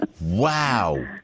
Wow